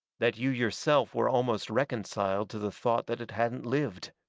that you yourself were almost reconciled to the thought that it hadn't lived.